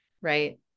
Right